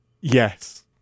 Yes